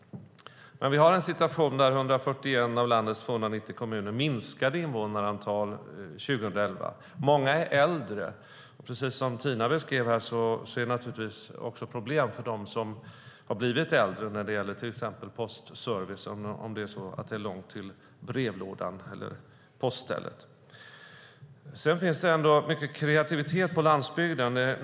Men vi har en situation där antalet invånare minskade i 141 av landets 290 kommuner 2011, och där många är äldre. Precis som Tina Ehn sade är det naturligtvis problem för dem som har blivit äldre när det gäller till exempel postservicen om det är långt till brevlådan eller poststället. Det finns mycket kreativitet på landsbygden.